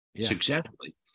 successfully